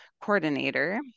coordinator